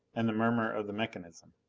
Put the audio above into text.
and the murmur of the mechanism.